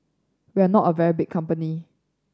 we are not a very big company